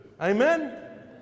Amen